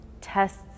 tests